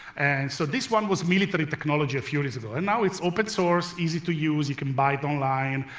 so this one was military technology a few years ago, and now it's open-source, easy to use, you can buy it online.